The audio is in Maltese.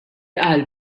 qal